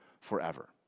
forever